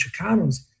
Chicanos